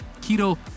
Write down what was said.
keto